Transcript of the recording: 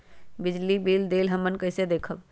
बिजली बिल देल हमन कईसे देखब?